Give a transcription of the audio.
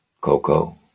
Coco